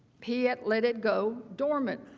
he had let it go dormant.